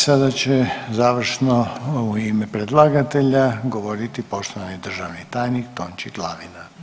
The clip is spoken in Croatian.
Sada će završno u ime predlagatelja govoriti poštovani državni tajnik Tonči Glavina.